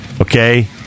Okay